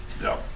No